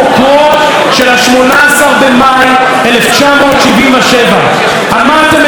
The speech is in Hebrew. במאי 1977. אמרתם את זה על מנחם בגין,